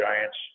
giants